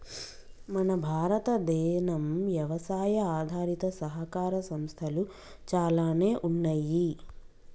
మన భారతదేనం యవసాయ ఆధారిత సహకార సంస్థలు చాలానే ఉన్నయ్యి